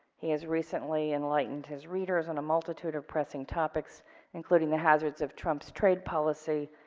he has recently enlightened his readers on a multitude of pressing topics including the hazards of trump's trade policy.